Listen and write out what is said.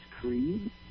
creed